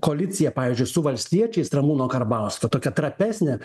koaliciją pavyzdžiui su valstiečiais ramūno karbauskio tokią trapesnę